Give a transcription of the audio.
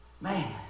Man